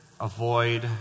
avoid